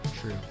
True